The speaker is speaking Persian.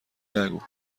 نگو